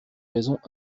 raisons